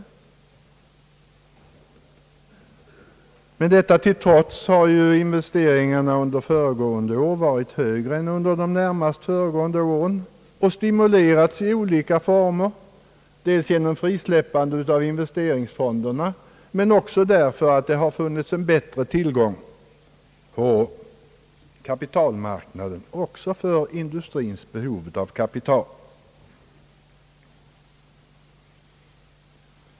Men detta till trots har investeringarna under föregående år varit högre än under de närmaste åren dessförinnan och stimulerats i olika former dels genom frisläppande av investeringsfonderna men dels också genom att det funnits en bättre tillgång på kapitalmarknaden också för industrins behov av kapital.